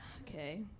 Okay